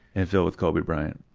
and filled with kobe bryant.